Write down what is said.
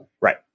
Right